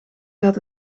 gaat